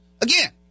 Again